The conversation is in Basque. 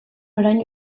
orain